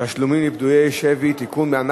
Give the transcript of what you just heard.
תשלומים לפדויי שבי (תיקון,